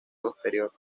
posterior